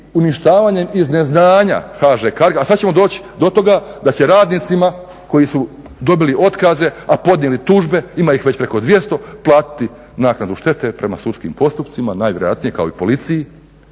uništavanjem ili iz neznanja HŽ Cargo-a. A sada ćemo doći do toga da će radnicima koji su dobili otkaze, a podnijeli tužbe ima ih već preko 200 platiti naknadu štete prema sudskim postupcima, najvjerojatnije kao i policiji